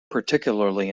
particularly